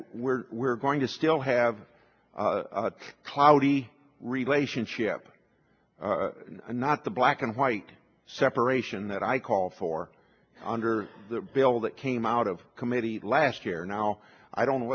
we're going to still have a cloudy relationship and not the black and white separation that i called for under the bill that came out of committee last year now i don't know